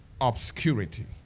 Obscurity